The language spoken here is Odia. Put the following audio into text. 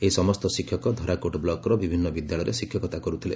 ଏହି ସମସ୍ତ ଶିକ୍ଷକ ଧରାକୋଟ ବ୍କକ୍ର ବିଭିନୁ ବିଦ୍ୟାଳୟରେ ଶିକ୍ଷକତା କର୍ଥିଲେ